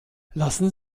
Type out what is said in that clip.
lassen